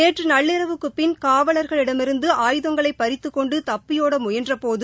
நேற்று நள்ளிரவுக்குப் பிள் காவலர்களிடமிருந்து ஆயுதங்களைப் பறித்துக் கொண்டு தப்பியோட முயன்ற போது